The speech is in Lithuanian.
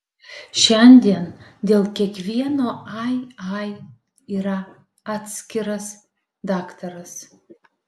šiandien dėl kiekvieno ai ai yra atskiras daktaras